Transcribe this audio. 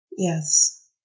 Yes